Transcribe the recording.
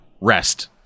Rest